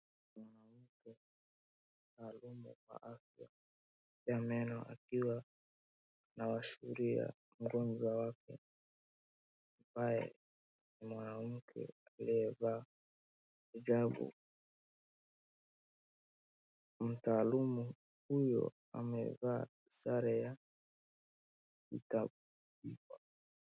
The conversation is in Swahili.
Mtaalumu wa afya ya meno akiwa na anawashauria mgonjwa wake ambaye ni mwanamke aliyevaa hijab , mtaalumu huyu amevaa sare ya kikatibu.